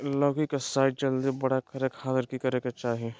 लौकी के साइज जल्दी बड़ा होबे खातिर की करे के चाही?